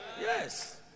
Yes